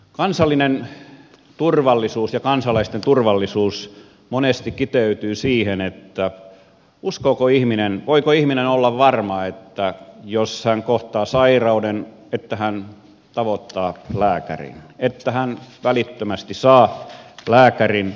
kansallinen turvallisuus ja kansalaisten turvallisuus monesti kiteytyvät siihen uskooko ihminen voiko ihminen olla varma että jos hän kohtaa sairauden hän tavoittaa lääkärin hän välittömästi saa lääkärin